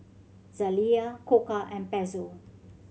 Zalia Koka and Pezzo